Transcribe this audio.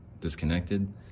disconnected